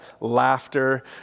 laughter